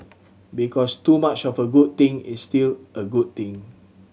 because too much of a good thing is still a good thing